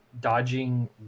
dodging